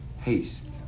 haste